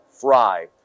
Fry